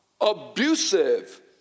abusive